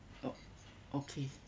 oh okay